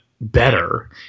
better